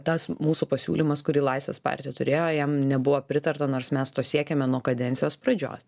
tas mūsų pasiūlymas kurį laisvės partija turėjo jam nebuvo pritarta nors mes to siekėme nuo kadencijos pradžios